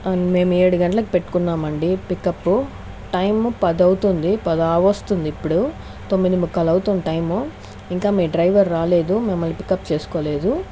మేము ఏడు గంటలకి పెట్టుకున్నామండి పికప్ టైమ్ పదవుతుంది పదికావస్తుంది ఇప్పుడు తొమ్మిది ముక్కాల్ అవుతుంది టైమ్ ఇంకా మీ డ్రైవర్ రాలేదు మమ్మల్ని పికప్ చేసుకోలేదు